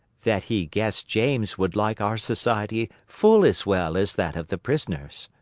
that he guessed james would like our society full as well as that of the prisoners.